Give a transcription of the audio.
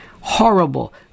horrible